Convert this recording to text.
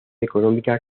económica